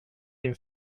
din